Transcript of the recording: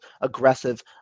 aggressive